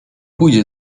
pójdzie